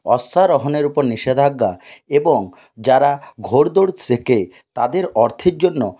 অশ্বারোহণের উপর নিষেধাজ্ঞা এবং যারা ঘোড় দৌড় শেখে তাদের অর্থের জন্য